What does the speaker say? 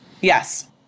Yes